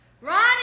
Ronnie